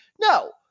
No